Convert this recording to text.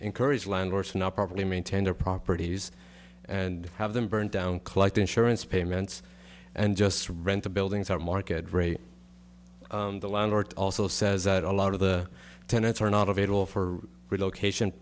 encourage landlords to not properly maintain their properties and have them burned down collect insurance payments and just rent the buildings out market rate the landlord also says that a lot of the tenets are not available for relocation